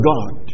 God